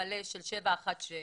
מלא של החלטה 716,